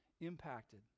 impacted